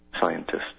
Scientists